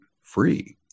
free